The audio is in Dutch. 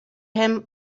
hem